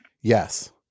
Yes